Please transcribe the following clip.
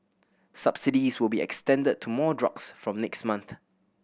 subsidies will be extended to more drugs from next month